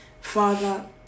Father